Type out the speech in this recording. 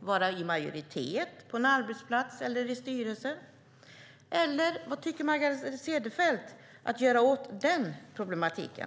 kvinnor, att de inte ska vara i majoritet på en arbetsplats eller i en styrelse? Eller vad tänker Margareta Cederfelt göra åt den problematiken?